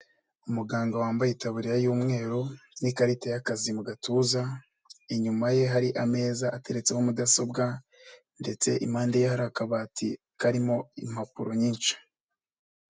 Umuganga wambaye itaburiya y'umweru n'ikarita y'akazi mu gatuza, inyuma ye hari ameza ateretseho mudasobwa ndetse impande ye hari akabati karimo impapuro nyinshi.